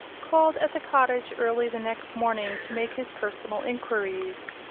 called at the cottage early the next morning to make his personal enquiries.